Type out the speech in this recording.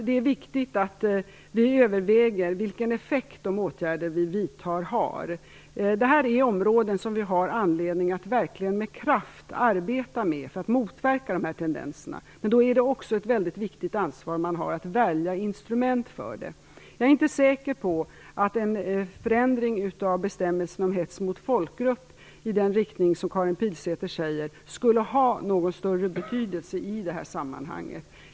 Det är viktigt att vi överväger vilken effekt de åtgärder vi vidtar har. Det här är områden som vi har anledning att verkligen med kraft arbeta med för att motverka dessa tendenser, men då har vi också ett väldigt viktigt ansvar att välja instrument för det. Jag är inte säker på att en förändring av bestämmelsen om hets mot folkgrupp i den riktning som Karin Pilsäter förordar skulle ha någon större betydelse i det här sammanhanget.